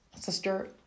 sister